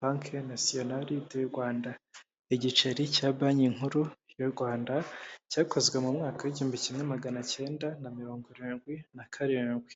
Banki nationale du Rwanda igiceri cya banki nkuru y'u Rwanda cyakozwe mu mwaka w'igihumbi kimwe magana cyenda na mirongo irindwi na karindwi.